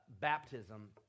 baptism